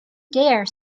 dare